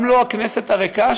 גם הכנסת הריקה,